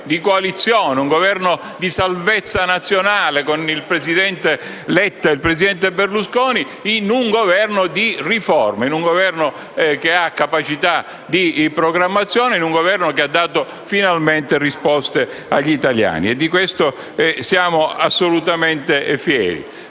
a Governo di salvezza nazionale, con il presidente Letta e il presidente Berlusconi, a Governo di riforme, che ha capacità di programmazione e ha dato finalmente risposte agli italiani. E di questo siamo assolutamente fieri.